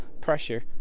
pressure